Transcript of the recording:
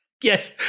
Yes